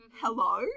Hello